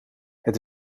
het